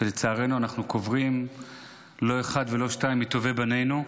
לצערנו אנחנו קוברים לא אחד ולא שניים מטובי בנינו.